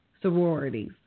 sororities